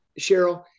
Cheryl